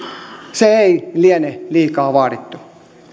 se ei liene liikaa vaadittu